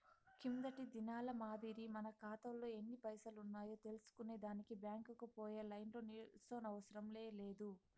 కిందటి దినాల మాదిరి మన కాతాలో ఎన్ని పైసలున్నాయో తెల్సుకునే దానికి బ్యాంకుకు పోయి లైన్లో నిల్సోనవసరం లే